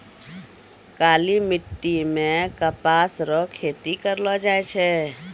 काली मिट्टी मे कपास रो खेती करलो जाय छै